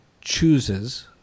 chooses